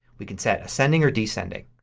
we can set ascending or descending.